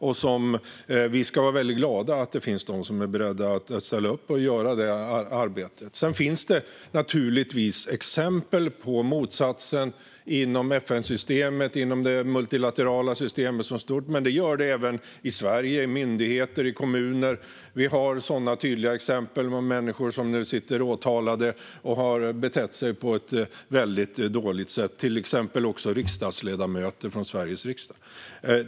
Och vi ska vara mycket glada för att det finns människor som är beredda att ställa upp och göra detta arbete. Sedan finns det naturligtvis exempel på motsatsen inom FN-systemet och inom det multilaterala systemet. Men det finns exempel på detta även i Sverige - i myndigheter och i kommuner. Det finns tydliga exempel på människor som nu är åtalade för att de har betett sig på ett mycket dåligt sätt - även ledamöter från Sveriges riksdag.